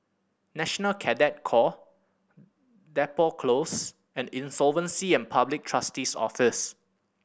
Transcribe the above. National Cadet Corps Depot Close and Insolvency and Public Trustee's Office